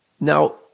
Now